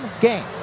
game